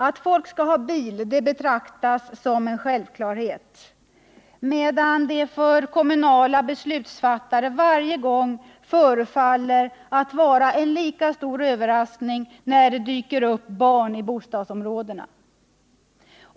Att folk skall ha bil betraktas som en självklarhet, medan det för kommunala beslutsfattare varje gång förefaller att vara en lika stor överraskning när det dyker upp barn i bostadsområdena.